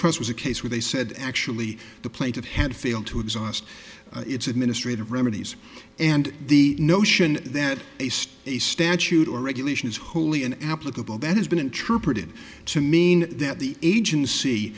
trust was a case where they said actually the plaintive had failed to exhaust its administrative remedies and the notion that faced a statute or regulation is wholly an applicable that has been true pretty to mean that the agency